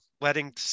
letting